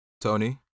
Tony